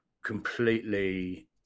completely